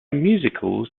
musicals